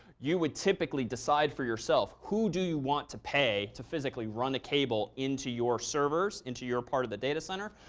you would typically decide for yourself who do you want to pay to physically run a cable into your servers, into your part of the data center,